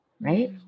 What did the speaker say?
right